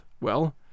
well